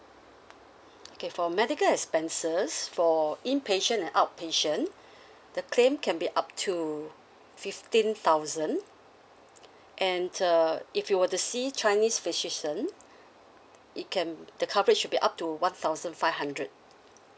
okay for medical expenses for inpatient and outpatient the claim can be up to fifteen thousand and uh if you were to see chinese physician it can the coverage will be up to one thousand five hundred